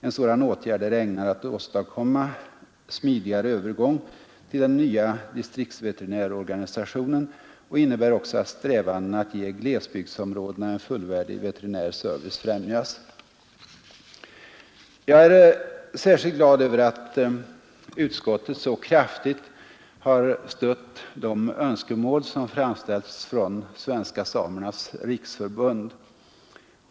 En sådan åtgärd är ägnad att åstadkomma smidigare övergång till den nya distriktsveterinärorganisationen och innebär också att strävandena att ge glesbygdsområdena en fullvärdig veterinär service främjas.” Jag är särskilt glad över att utskottet så kraftigt har stött de önskemål som framställts från Svenska samernas riksförbund.